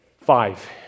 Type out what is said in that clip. five